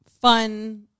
fun